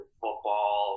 football